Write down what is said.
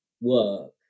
work